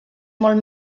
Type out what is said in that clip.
molt